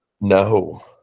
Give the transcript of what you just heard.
No